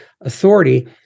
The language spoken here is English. authority